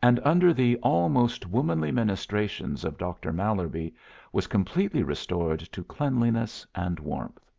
and under the almost womanly ministrations of doctor mallerby was completely restored to cleanliness and warmth